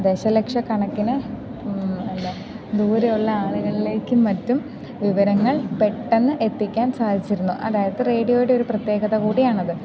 ദശലക്ഷം കണക്കിന് എന്താ ദൂരെയുള്ള ആളുകളിലേക്കും മറ്റും വിവരങ്ങൾ പെട്ടെന്ന് എത്തിക്കാൻ സാധിച്ചിരുന്നു അതായത് റേഡിയോയുടെ ഒരു പ്രത്യേകത കൂടിയാണത്